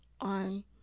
on